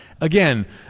Again